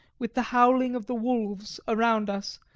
with the howling of the wolves around us,